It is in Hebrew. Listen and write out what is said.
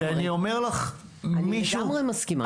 אני לגמרי מסכימה.